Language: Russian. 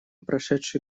прошедший